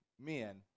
men